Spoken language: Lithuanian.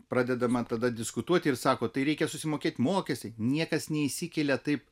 pradedama tada diskutuoti ir sako tai reikia susimokėt mokestį niekas neišsikelia taip